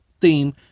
theme